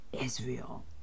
Israel